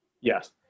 Yes